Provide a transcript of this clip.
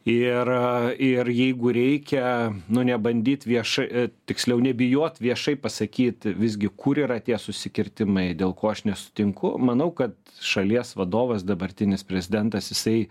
ir ir jeigu reikia nu nebandyt vieš tiksliau nebijot viešai pasakyt visgi kur yra tie susikirtimai dėl ko aš nesutinku manau kad šalies vadovas dabartinis prezidentas jisai